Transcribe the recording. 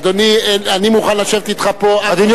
אדוני, אני מוכן לשבת אתך פה עד חצות הלילה.